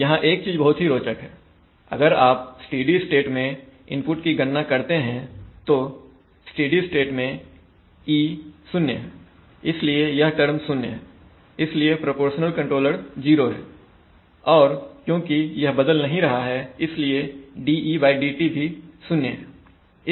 यहां एक चीज बहुत ही रोचक है कि अगर आप स्टेडी स्टेट में इनपुट की गणना करते हैं तो स्टेडी स्टेट में e 0 है इसलिए यह टर्म 0 है इसलिए प्रोपोर्शनल कंट्रोलर ज़ीरो है और क्योंकि यह बदल नहीं रहा है इसलिए dedt भी 0 है